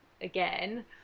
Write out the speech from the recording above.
again